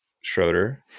Schroeder